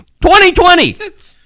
2020